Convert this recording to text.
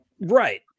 Right